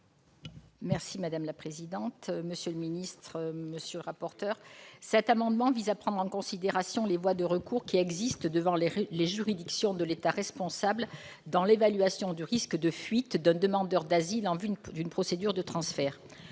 est ainsi libellé : La parole est à Mme Josiane Costes. Cet amendement vise à prendre en considération les voies de recours qui existent devant les juridictions de l'État responsable dans l'évaluation du risque de fuite d'un demandeur d'asile en vue d'une procédure de transfert.